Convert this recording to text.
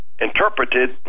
interpreted